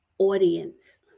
audience